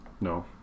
No